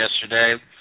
yesterday